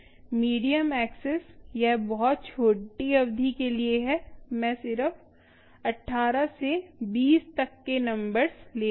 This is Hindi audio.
मीडियम एक्सेस यह बहुत छोटी अवधि के लिए है मैं सिर्फ 18 से 20 तक के नंबर्स ले रही हूँ